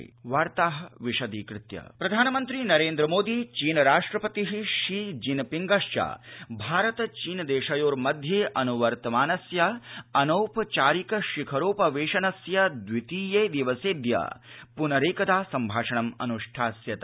Modi Xi मेलनम् प्रधानमन्त्री नरेन्द्रमोदी चीन राष्ट्रपतिः शी जिनपिंगश्च भारत चीनदेशयोर्मध्ये अनुवर्तमानस्य अनौपचारिक शिखरोपवेशनस्य द्वितीये दिवसेऽद्य प्नरेकदा संभाषणम् अनुष्ठास्यतः